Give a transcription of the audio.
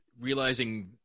realizing